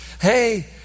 Hey